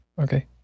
Okay